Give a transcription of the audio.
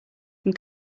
from